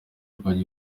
gikorwa